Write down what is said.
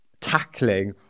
tackling